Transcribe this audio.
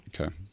Okay